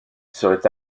seraient